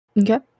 Okay